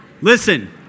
Listen